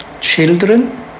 Children